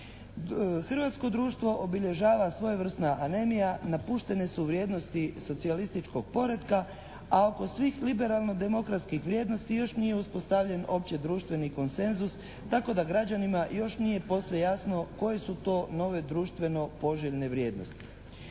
Hrvatsko društvo obilježava svojevrsna anemija, napuštene su vrijednosti socijalističkog poretka a oko svih liberalno-demokratskih vrijednosti još nije uspostavljen opće-društveni konsenzus tako da građanima još nije posve jasno koje su to nove društveno poželjne vrijednosti.